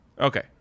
Okay